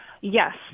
Yes